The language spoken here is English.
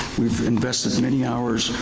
we've invested many hours.